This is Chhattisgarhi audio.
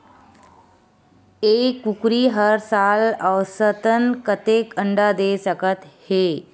एक कुकरी हर साल औसतन कतेक अंडा दे सकत हे?